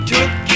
Took